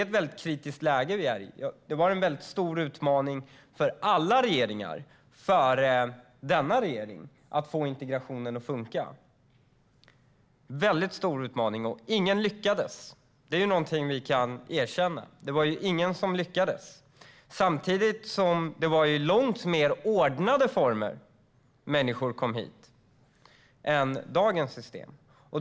Det är ett kritiskt läge vi är i. Det var en stor utmaning för alla regeringar före denna regering att få integrationen att funka, en väldigt stor utmaning, och ingen lyckades. Det är någonting vi kan erkänna: Det var ingen som lyckades. Samtidigt kom människor hit under långt mer ordnade former då än de gör med dagens system.